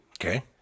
Okay